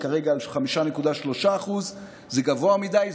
היא כרגע על 5.3%. זה גבוה מדי,